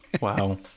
Wow